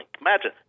Imagine